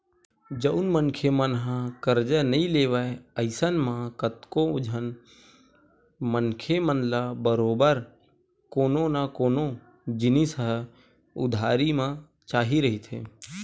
जउन मनखे मन ह करजा नइ लेवय अइसन म कतको झन मनखे मन ल बरोबर कोनो न कोनो जिनिस ह उधारी म चाही रहिथे